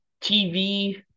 TV